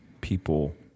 people